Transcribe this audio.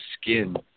skin